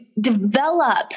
develop